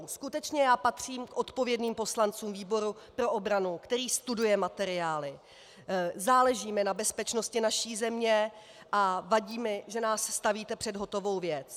Já skutečně patřím k odpovědným poslancům výboru pro obranu, který studuje materiály, záleží mi na bezpečnosti naší země a vadí mi, že nás stavíte před hotovou věc.